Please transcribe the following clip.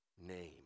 name